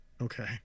Okay